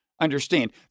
understand